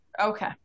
Okay